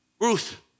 Ruth